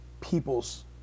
people's